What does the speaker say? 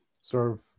serve